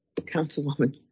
Councilwoman